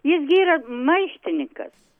jis gi yra maištininkas